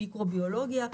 מיקרוביולוגיה,